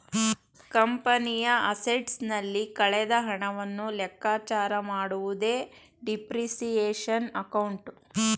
ಕಂಪನಿಯ ಅಸೆಟ್ಸ್ ನಲ್ಲಿ ಕಳೆದ ಹಣವನ್ನು ಲೆಕ್ಕಚಾರ ಮಾಡುವುದೇ ಡಿಪ್ರಿಸಿಯೇಶನ್ ಅಕೌಂಟ್